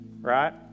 right